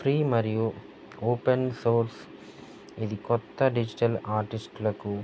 free మరియు open source ఇది కొత్త డిజిటల్ ఆర్టిస్ట్లకు